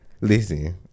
Listen